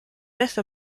reste